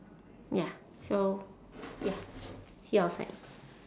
ya so ya see you outside